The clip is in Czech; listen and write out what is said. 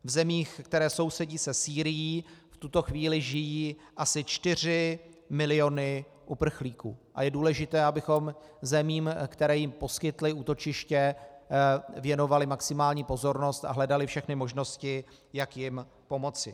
V zemích, které sousedí se Sýrií, v tuto chvíli žijí asi 4 miliony uprchlíků a je důležité, abychom zemím, které jim poskytly útočiště, věnovali maximální pozornost a hledali všechny možnosti, jak jim pomoci.